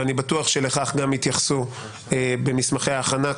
ואני בטוח שלכך גם יתייחסו במסמכי ההכנה,